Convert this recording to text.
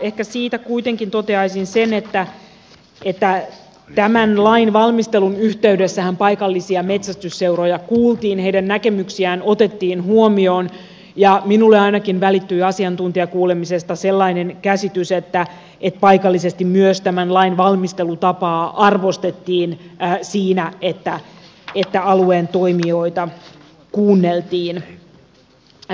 ehkä siitä kuitenkin toteaisin sen että tämän lain valmistelun yhteydessähän paikallisia metsästysseuroja kuultiin heidän näkemyksiään otettiin huomioon ja minulle ainakin välittyi asiantuntijakuulemisesta sellainen käsitys että paikallisesti myös tämän lain valmistelutapaa arvostettiin siinä että alueen toimijoita kuunneltiin